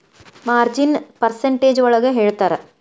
ಮಾರ್ಜಿನ್ನ percentage ಒಳಗ ಹೇಳ್ತರ